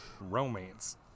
Romance